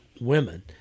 women